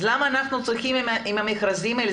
למה אנחנו צריכים להתעכב עם המכרזים האלה?